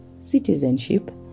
citizenship